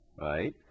right